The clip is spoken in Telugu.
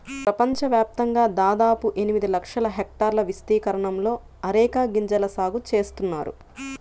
ప్రపంచవ్యాప్తంగా దాదాపు ఎనిమిది లక్షల హెక్టార్ల విస్తీర్ణంలో అరెక గింజల సాగు చేస్తున్నారు